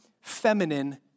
feminine